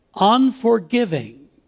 unforgiving